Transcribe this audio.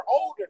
older